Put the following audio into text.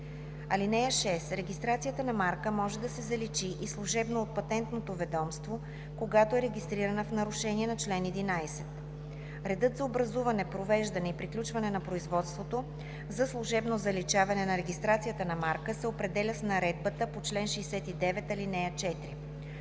право. (6) Регистрацията на марка може да се заличи и служебно от Патентното ведомство, когато е регистрирана в нарушение на чл. 11. Редът за образуване, провеждане и приключване на производството за служебно заличаване на регистрацията на марка се определя с наредбата по чл. 69, ал. 4.